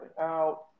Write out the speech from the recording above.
out